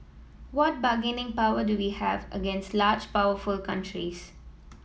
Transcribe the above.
what bargaining power do we have against large powerful countries